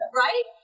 right